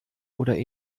oder